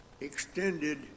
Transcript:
extended